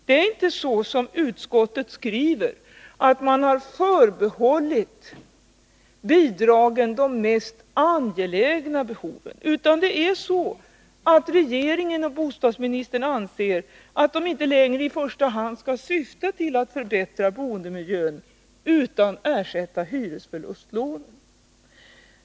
Det är inte så, som utskottet skriver, att man har förbehållit bidragen de mest angelägna behoven. Regeringen och bostadsministern anser att bidragen inte längre i första hand skall syfta till att förbättra boendemiljön utan ersätta hyresförlustlånen.